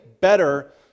better